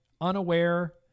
unaware